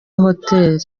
hotel